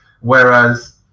whereas